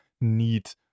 need